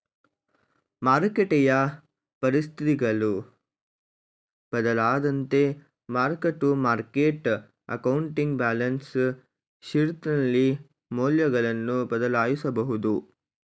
ಮಾರಕಟ್ಟೆಯ ಪರಿಸ್ಥಿತಿಗಳು ಬದಲಾದಂತೆ mark to market accounting balance ಶೀಟ್ನಲ್ಲಿ ಮೌಲ್ಯಗಳನ್ನು ಬದಲಾಯಿಸಬಹುದು